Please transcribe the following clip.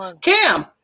Cam